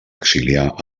exiliar